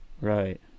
right